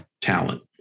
talent